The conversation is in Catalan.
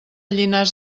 llinars